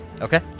Okay